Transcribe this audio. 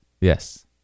Yes